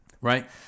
Right